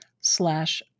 slash